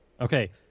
Okay